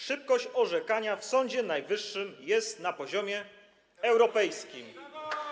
Szybkość orzekania w Sądzie Najwyższym jest na poziomie europejskim.